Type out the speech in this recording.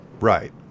Right